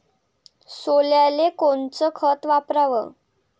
सोल्याले कोनचं खत वापराव?